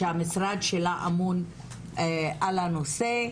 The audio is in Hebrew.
שהמשרד שלה אמון על הנושא,